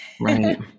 Right